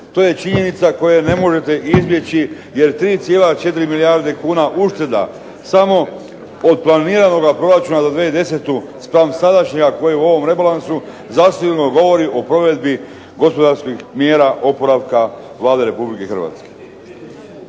To je činjenica koju ne možete izbjeći jer 3,4 milijarde kuna ušteda samo od planiranoga proračuna do 2010. spram sadašnja koja je u ovom rebalansu zasigurno govori o provedbi gospodarskih mjera oporavka Vlade Republike Hrvatske.